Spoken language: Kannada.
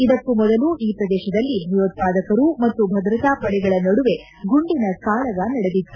ಇದಕ್ಕೂ ಮೊದಲು ಈ ಪ್ರದೇಶದಲ್ಲಿ ಭಯೋತ್ಪಾದಕರು ಮತ್ತು ಭದ್ರತಾಪಡೆಗಳ ನಡುವೆ ಗುಂಡಿನ ಕಾಳಗ ನಡೆದಿತ್ತು